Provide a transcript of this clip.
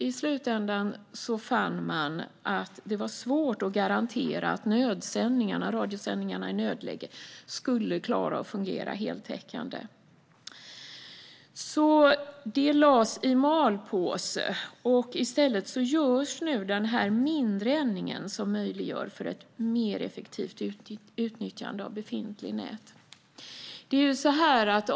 I slutändan fann man att det var svårt att garantera att radiosändningarna i nödläge skulle fungera heltäckande. Detta lades i malpåse. I stället görs nu denna mindre ändring som möjliggör ett mer effektivt utnyttjande av befintligt nät.